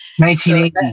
1980